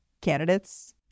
candidates